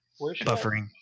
buffering